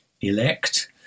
elect